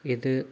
ഇത്